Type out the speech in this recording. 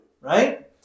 right